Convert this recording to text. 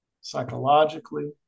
psychologically